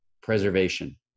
preservation